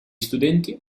studenti